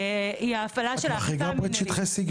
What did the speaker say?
היא ההפעלה של האכיפה המנהלית --- את פועלת גם בשטחי C,